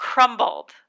Crumbled